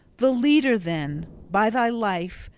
the leader then, by thy life,